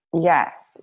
Yes